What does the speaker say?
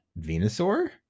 Venusaur